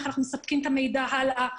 איך אנחנו מספקים את המידע הלאה,